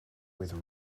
with